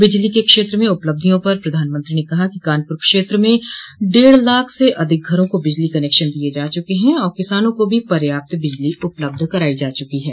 बिजली के क्षेत्र में उपलब्धियों पर प्रधानमंत्री ने कहा कि कानपूर क्षेत्र में डेढ़ लाख से अधिक घरों को बिजली कनेक्शन दिये जा चुके हैं और किसानों को भी पर्याप्त बिजली उपलब्ध कराई जा रही है